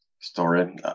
story